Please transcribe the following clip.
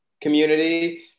community